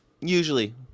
usually